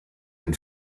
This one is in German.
den